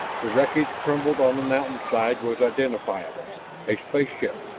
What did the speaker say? the wreckage crumpled on the mountain side was identifiable a spaceship!